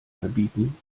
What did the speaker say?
verbieten